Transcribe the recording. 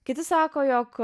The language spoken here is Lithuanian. kiti sako jog